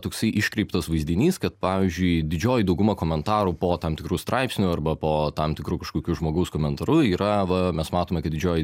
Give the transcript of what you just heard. toksai iškreiptas vaizdinys kad pavyzdžiui didžioji dauguma komentarų po tam tikru straipsniu arba po tam tikru kažkokiu žmogaus komentaru yra va mes matome kad didžioji